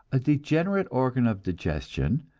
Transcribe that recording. a degenerate organ of digestion,